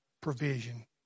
provision